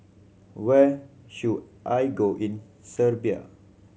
where should I go in Serbia